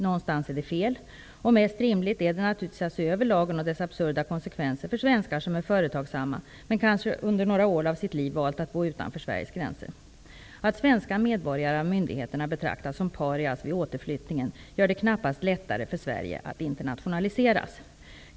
Någonstans är det fel och mest rimligt är det naturligtvis att se över lagen och dess absurda konsekvenser för svenskar som är företagsamma men kanske under några år av sitt liv valt att bo utanför Sveriges gränser. Att svenska medborgare betraktas som parias vid återflyttningen gör det knappast lättare för Sverige att internationaliseras.''